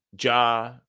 Ja